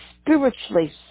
Spiritually